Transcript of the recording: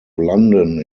london